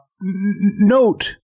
note